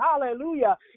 Hallelujah